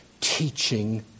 teaching